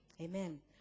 Amen